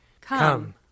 Come